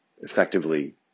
effectively